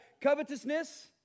Covetousness